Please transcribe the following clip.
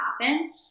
happen